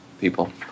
people